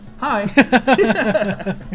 Hi